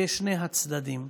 בשני הצדדים.